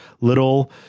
little